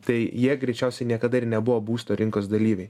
tai jie greičiausiai niekada ir nebuvo būsto rinkos dalyviai